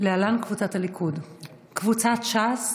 קבוצת סיעת ש"ס: